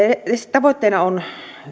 tavoitteena on saada